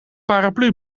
paraplu